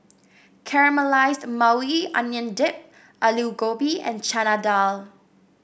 Caramelized Maui Onion Dip Alu Gobi and Chana Dal